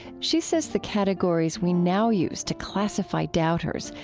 she says the categories we now use to classify doubters,